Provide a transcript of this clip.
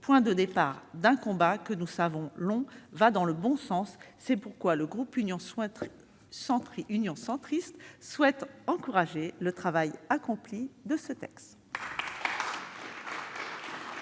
point de départ d'un combat que nous savons long, va dans le bon sens. C'est pourquoi le groupe Union Centriste, souhaitant encourager le travail accompli, votera ce texte.